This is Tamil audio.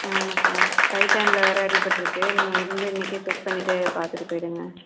ஆமாம் சார் ரைட் ஹேண்டில் வேறு அடிப்பட்டிருக்கு நீங்கள் இருந்து இன்னிக்கே செக் பண்ணிவிட்டே பார்த்துட்டு போயிடுங்க